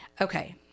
Okay